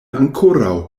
ankoraŭ